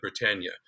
Britannia